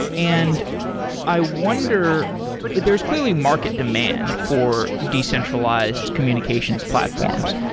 and i wonder there's clearly market demand for decentralized communications platforms,